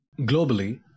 Globally